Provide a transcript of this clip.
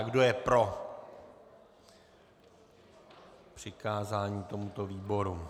Kdo je pro přikázání tomuto výboru?